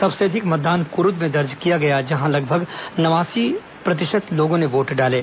सबसे अधिक मतदान कुरूद में दर्ज किया गया जहां लगभग नवासी प्रतिशत लोगों ने वोट डाले